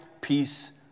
peace